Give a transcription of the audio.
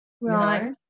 Right